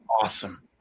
awesome